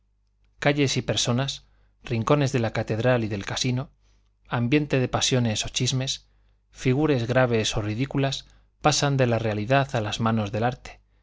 calles y personas rincones de la catedral y del casino ambiente de pasiones o chismes figures graves o ridículas pasan de la realidad a las manos del arte